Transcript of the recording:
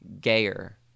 gayer